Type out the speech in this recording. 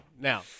Now